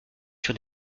sur